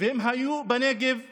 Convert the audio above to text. והם היו בנגב וחיו,